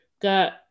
got